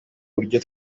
buryo